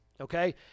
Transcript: Okay